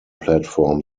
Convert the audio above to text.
platform